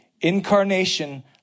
Incarnation